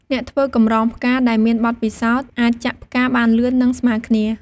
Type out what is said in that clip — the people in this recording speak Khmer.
អ្នកធ្វើកម្រងផ្កាដែលមានបទពិសោធន៍អាចចាក់ផ្កាបានលឿន និងស្មើគ្នា។